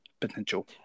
potential